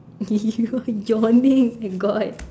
you are yawning god